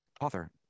Author